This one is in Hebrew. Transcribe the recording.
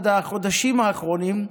עד החודשים האחרונים,